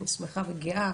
אני שמחה וגאה